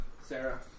Sarah